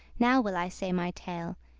now will i say my tale,